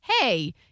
hey